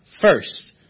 first